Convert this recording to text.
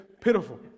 pitiful